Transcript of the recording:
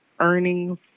earnings